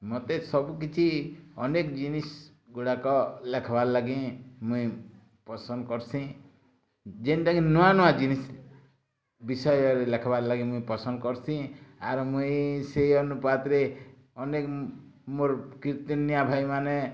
ମୋତେ ସବୁକିଛି ଅନେକ ଜିନିଷ ଗୁଡ଼ାକ ଲେଖବାର ଲାଗି ମୁଇଁ ପସନ୍ଦ କରୁସି ଯେନ୍ତା କି ନୂଆ ନୂଆ ଜିନିଷ ବିଷୟରେ ଲେଖବାର ଲାଗି ମୁଇଁ ପସନ୍ଦ କରୁସିଇଁ ଆର ମୁଇଁ ସେଇ ଅନୁପାତରେ ଅନେକ ମୋର କୀର୍ତ୍ତନିଆ ଭାଇମାନେ